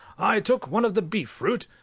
i took one of the beef fruit,